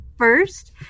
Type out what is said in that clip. first